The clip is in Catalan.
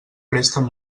presten